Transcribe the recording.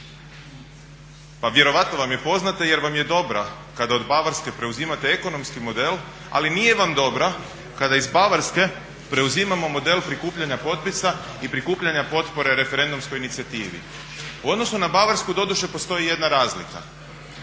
Pa vjerojatno vam je poznata jer vam je dobra kada od Bavarske preuzimate ekonomski model, ali nije vam dobra kada iz Bavarske preuzimamo model prikupljanja potpisa i prikupljana potpore referendumskoj inicijativi. U odnosu na Bavarsku doduše postoji jedna razlika,